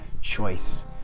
choice